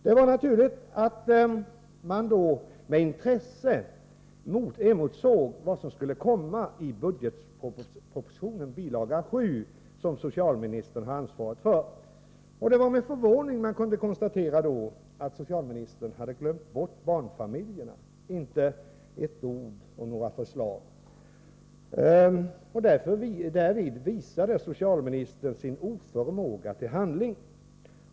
Det var naturligt att man då med intresse emotsåg vad som skulle komma i budgetpropositionen, bil. 7, som socialministern har ansvaret för. Det var med förvåning man kunde konstatera att socialministern hade glömt bort barnfamiljerna. Där fanns inte ett ord om några förslag till åtgärder. Socialministern visade därmed sin oförmåga till handling.